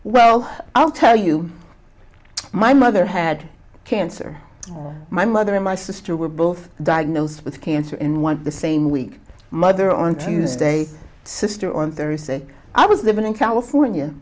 well i'll tell you my mother had cancer my mother and my sister were both diagnosed with cancer in one the same week mother on tuesday sister on three said i was living in california